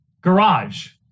garage